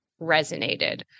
resonated